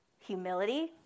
humility